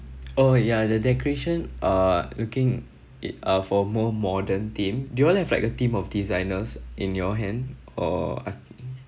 oh ya the decoration uh looking it up for more modern theme do you all have like a team of designers in your hand or I th~